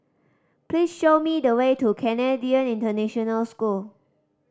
please show me the way to Canadian International School